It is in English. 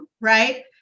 right